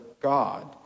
God